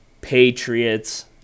Patriots